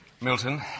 Milton